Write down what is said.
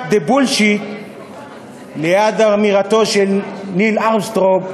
the bullshit ליד אמירתו של ניל ארמסטרונג,